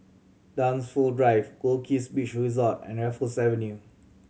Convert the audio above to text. Dunsfold Drive Goldkist Beach Resort and Raffles Avenue